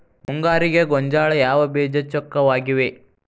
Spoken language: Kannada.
ಮುಂಗಾರಿಗೆ ಗೋಂಜಾಳ ಯಾವ ಬೇಜ ಚೊಕ್ಕವಾಗಿವೆ?